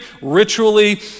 ritually